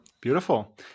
Beautiful